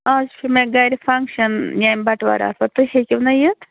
آز چھُ مےٚ گَرِ فَنٛگشَن ییٚمہِ بَٹوار آتھوَر تُہۍ ہیٚکِو نَہ یِتھ